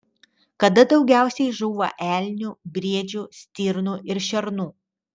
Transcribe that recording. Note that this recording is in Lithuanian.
kada daugiausiai žūva elnių briedžių stirnų ir šernų